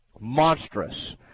monstrous